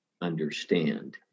understand